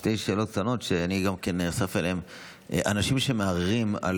שתי שאלות קטנות: אנשים שמערערים על